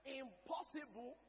impossible